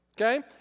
okay